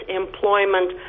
employment